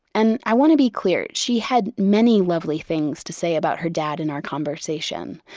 and i want to be clear, she had many lovely things to say about her dad in our conversation.